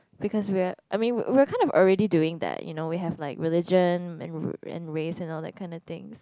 because we're I mean we're kind of already doing that you know we have like religion and ra~ race all that kind of things